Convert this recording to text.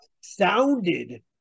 sounded